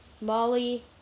Molly